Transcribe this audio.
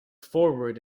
forward